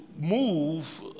move